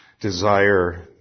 desire